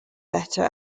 better